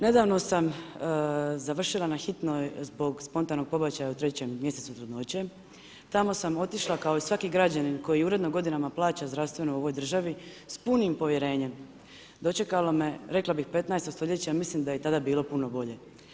Nedavno sam završila na hitnoj zbog spontanog pobačaja u 3 mj. trudnoće, tamo samo otišla kao i svaki građanin koji uredno godinama plaća zdravstveno u ovoj državi s punim povjerenjem, dočekalo me, rekla bi 15. st. mislim da je i tada bilo puno bolje.